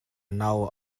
nau